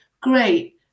great